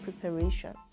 preparation